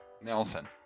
Nelson